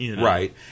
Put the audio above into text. right